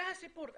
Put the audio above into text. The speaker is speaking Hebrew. זה הסיפור.